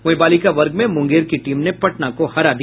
वहीं बालिका वर्ग में मुंगेर की टीम ने पटना को हराया